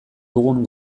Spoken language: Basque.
dugun